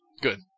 Good